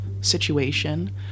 situation